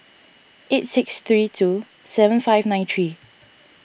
eight six three two seven five nine three